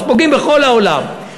אז פוגעים בכל העולם.